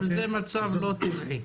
זה מצב לא טבעי.